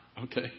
Okay